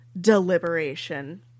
Deliberation